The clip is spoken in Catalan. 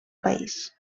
país